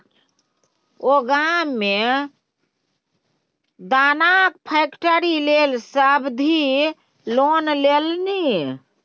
ओ गाममे मे दानाक फैक्ट्री लेल सावधि लोन लेलनि